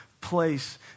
place